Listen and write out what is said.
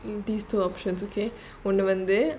in these two options okay ஒண்ணுவந்து:onnu vandhu